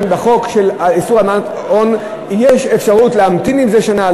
בחוק איסור הלבנת הון יש אפשרות להמתין עם זה שנה,